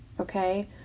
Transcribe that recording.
Okay